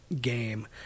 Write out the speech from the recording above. game